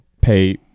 pay